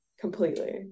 completely